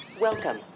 Welcome